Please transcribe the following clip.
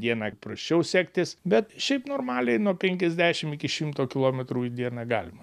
dieną ir prasčiau sektis bet šiaip normaliai nuo penkiasdešim iki šimto kilometrų į dieną galima